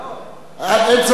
אין צורך לעזור לי.